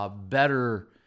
Better